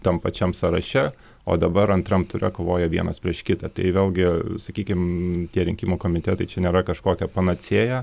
tam pačiam sąraše o dabar antram ture kovoja vienas prieš kitą tai vėlgi sakykim tie rinkimų komitetai čia nėra kažkokia panacėja